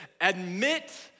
admit